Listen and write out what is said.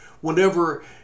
whenever